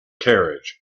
carriage